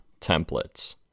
Templates